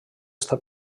està